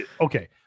okay